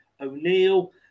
O'Neill